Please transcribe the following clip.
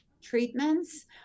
treatments